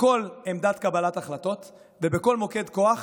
בכל עמדת קבלת החלטות ובכל מוקד כוח.